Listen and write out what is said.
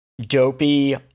dopey